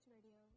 Radio